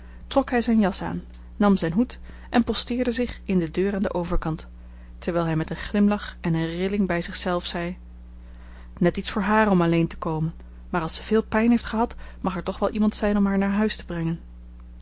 hij zijn jas aan nam zijn hoed en posteerde zich in de deur aan den overkant terwijl hij met een glimlach en een rilling bij zichzelf zei net iets voor haar om alleen te komen maar als ze veel pijn heeft gehad mag er toch wel iemand zijn om haar naar huis te brengen